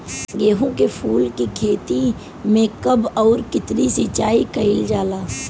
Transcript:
गेदे के फूल के खेती मे कब अउर कितनी सिचाई कइल जाला?